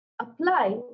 Apply